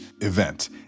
event